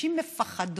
נשים מפחדות.